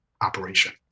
operation